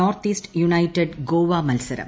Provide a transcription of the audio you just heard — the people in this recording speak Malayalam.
നോർത്ത് ഈസ്റ്റ് യൂണൈറ്റഡ് ഗോവ മത്സരം